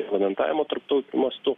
reglamentavimo tarptautiniu mastu